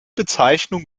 bezeichnung